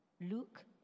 Luke